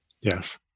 Yes